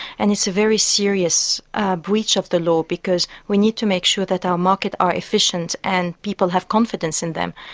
and it's a very serious ah breach of the law because we need to make sure that our markets are efficient and people have confidence in them.